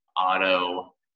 auto